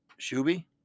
Shuby